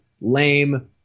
lame